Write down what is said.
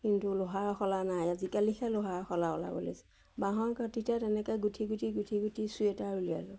কিন্তু লোহাৰ শলা নাই আজিকালিহে লোহাৰ শলা ওলাবলৈ লৈছে বাঁহৰ কাঠিতে তেনেকৈ গুঠি গুঠি গুঠি গুঠি চুৱেটাৰ উলিয়ালোঁ